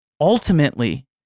ultimately